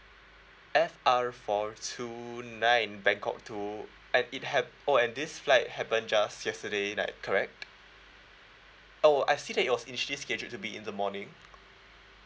F R four two nine bangkok to and it hap~ oh and this flight happened just yesterday night correct oh I see that it was initially scheduled to be in the morning